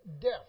death